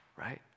right